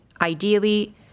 Ideally